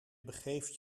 begeeft